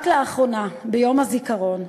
רק לאחרונה, ביום הזיכרון,